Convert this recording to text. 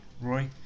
Roy